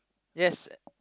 yes